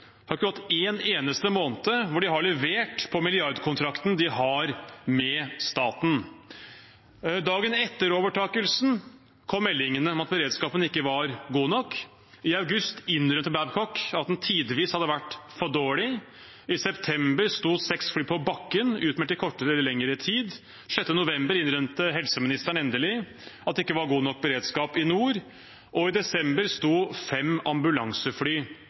har det ikke gått en eneste måned da de har levert på milliardkontrakten de har med staten. Dagen etter overtakelsen kom meldingene om at beredskapen ikke var god nok. I august innrømte Babcock at den tidvis hadde vært for dårlig, i september sto seks fly på bakken i kortere eller lengre tid, 6. november innrømte helseministeren endelig at det ikke var god nok beredskap i nord, og i desember sto fem ambulansefly